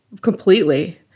Completely